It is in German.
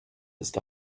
ist